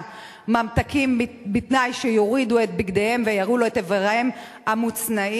ממתקים בתנאי שיורידו את בגדיהם ויראו לו את איבריהם המוצנעים.